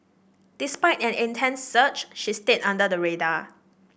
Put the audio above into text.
despite an intense search she stayed under the radar